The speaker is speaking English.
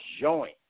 joint